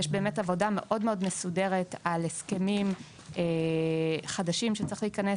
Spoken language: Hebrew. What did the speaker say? יש עבודה מאוד מסודרת על הסכמים חדשים שצריך להיכנס